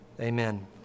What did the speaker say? Amen